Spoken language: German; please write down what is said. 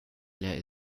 leer